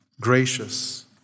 gracious